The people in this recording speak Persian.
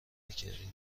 نکردی